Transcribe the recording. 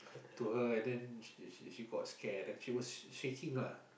to her and then she she she got scared and she was shaking lah